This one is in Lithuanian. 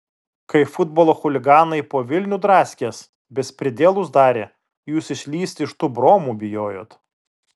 kai futbolo chuliganai po vilnių draskės bespridielus darė jūs išlįst iš tų bromų bijojot